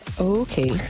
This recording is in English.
Okay